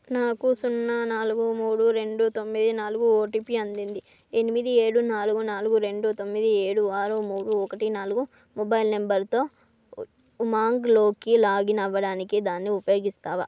నాకు సున్నా నాలుగు మూడు రెండు తొమ్మిది నాలుగు ఓటిపి అందింది ఎనిమిది ఏడు నాలుగు నాలుగు రెండు తొమ్మిది ఏడు ఆరు మూడు ఒకటి నాలుగు మొబైల్ నంబర్తో ఉమాంగ్లోకి లాగిన్ అవ్వడానికి దాన్ని ఉపయోగిస్తావా